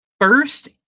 First